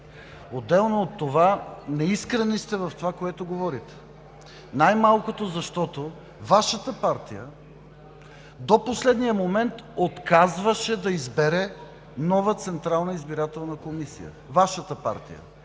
Отделно от това – неискрени сте в това, което говорите, най-малкото защото Вашата партия до последния момент отказваше да избере нова централна избирателна комисия, Вашата партия!